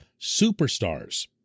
superstars